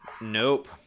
Nope